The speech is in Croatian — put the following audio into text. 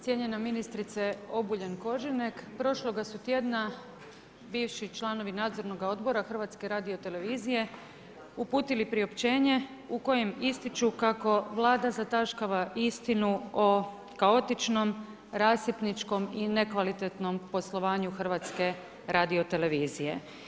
Cijenjena ministrice Obuljen Koržinek, prošloga su tjedna bivši članovi Nadzornoga odbora Hrvatske radiotelevizije uputili priopćenje u kojem ističu kako Vlada zataškava istinu o kaotičnom, rasipničkom i nekvalitetnom poslovanju Hrvatske radiotelevizije.